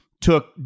took